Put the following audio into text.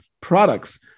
products